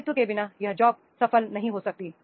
स्वामित्व के बिना यह जॉब सफल नहीं हो सकती